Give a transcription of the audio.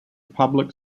public